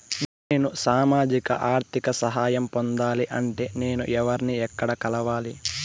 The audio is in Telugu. నేను సామాజిక ఆర్థిక సహాయం పొందాలి అంటే నేను ఎవర్ని ఎక్కడ కలవాలి?